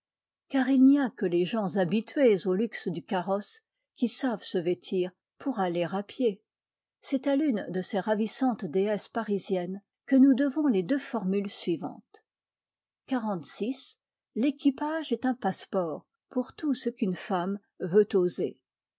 car il n'y a que les gens habitués au luxe du carrosse qui savent se vêtir pour aller à pied c'est à l'une de ces ravissantes déesses parisiennes que nous devons les deux formules suivantes xlvi l'équipage est un passe-port pour tout ce qu'une femme veut oser